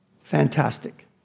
Fantastic